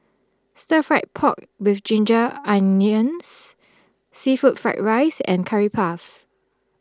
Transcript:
Stir Fried Pork with Ginger Onions Seafood Fried Rice and Curry Puff